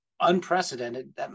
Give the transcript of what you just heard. unprecedented